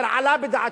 אומר: עלה בדעתי,